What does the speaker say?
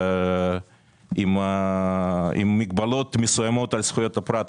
עם מגבלות מסוימות על זכויות הפרט.